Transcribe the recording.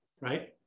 right